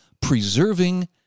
preserving